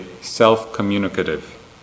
self-communicative